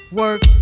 work